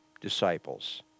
disciples